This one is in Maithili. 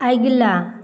अगिला